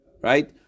Right